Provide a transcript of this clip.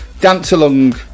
dance-along